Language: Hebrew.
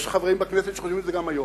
יש חברים בכנסת שחושבים את זה גם היום.